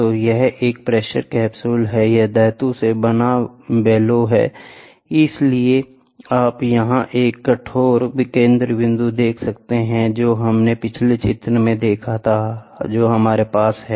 तो यह एक प्रेशर कैप्सूल है यह धातु से बना बेल्लो है इसलिए आप यहां एक कठोर केंद्रबिंदु देख सकते हैं जो हमने पिछले चित्र में देखा था जो हमारे पास है